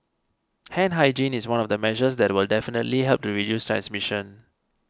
hand hygiene is one of the measures that will definitely help to reduce transmission